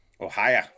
Ohio